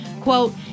quote